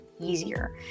easier